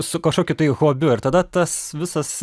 su kažkokiu tai hobiu ir tada tas visas